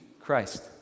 Christ